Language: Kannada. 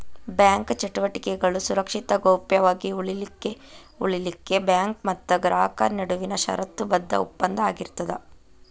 ಬ್ಯಾಂಕ ಚಟುವಟಿಕೆಗಳು ಸುರಕ್ಷಿತ ಗೌಪ್ಯ ವಾಗಿ ಉಳಿಲಿಖೆಉಳಿಲಿಕ್ಕೆ ಬ್ಯಾಂಕ್ ಮತ್ತ ಗ್ರಾಹಕರ ನಡುವಿನ ಷರತ್ತುಬದ್ಧ ಒಪ್ಪಂದ ಆಗಿರ್ತದ